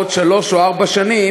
בעוד שלוש או ארבע שנים,